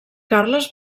carles